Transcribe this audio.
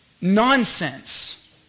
nonsense